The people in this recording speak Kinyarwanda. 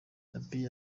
abiy